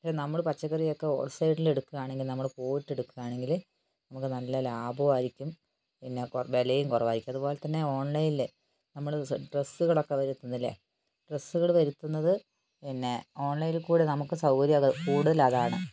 ഇത് നമ്മള് പച്ചക്കറിയൊക്കെ ഹോൾ സെയിൽ എടുക്കുകയാണെങ്കിൽ നമ്മള് പോയിട്ട് എടുക്കുകയാണെങ്കില് നമുക്ക് നല്ല ലാഭവും ആയിരിക്കും പിന്നെ വിലയും കുറവായിരിക്കും അതുപോലെതന്നെ ഓൺലൈനിൽ നമ്മള് ഡ്രെസ്സുകൾ ഒക്കെ വരുത്തുന്നില്ലേ ഡ്രെസ്സുകൾ വരുത്തുന്നത് പിന്നെ ഓൺലൈനിൽ കൂടി നമുക്ക് സൗകര്യമത് കൂടുതൽ അതാണ്